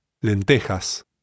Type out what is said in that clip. lentejas